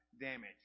damage